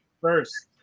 First